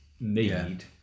need